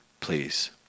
Please